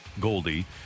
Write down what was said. Goldie